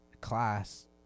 class